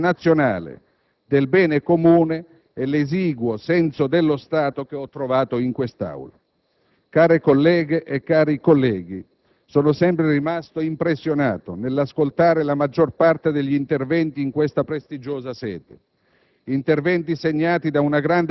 il poco senso dell'interesse nazionale, del bene comune e l'esiguo senso dello Stato che ho trovato in quest'Aula. Care colleghe, cari colleghi, sono sempre rimasto impressionato nell'ascoltare la maggior parte degli interventi in questa prestigiosa sede;